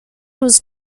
was